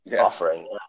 offering